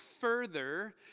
further